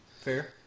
Fair